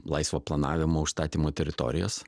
laisvo planavimo užstatymo teritorijas